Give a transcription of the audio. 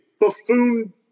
buffoon